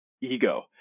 ego